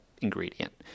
ingredient